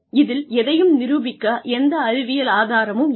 இதில் எதையும் நிரூபிக்க எந்த அறிவியல் ஆதாரமும் இல்லை